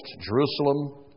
Jerusalem